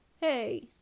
Hey